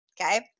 okay